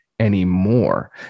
anymore